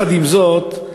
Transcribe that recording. עם זאת,